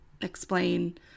explain